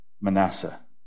Manasseh